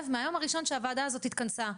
מהיום הראשון שבו הוועדה הזאת התכנסה.